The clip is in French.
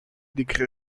décret